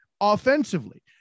offensively